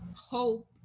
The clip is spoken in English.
hope